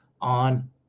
on